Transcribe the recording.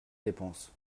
dépenses